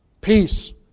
peace